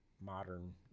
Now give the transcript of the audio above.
modern